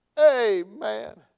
amen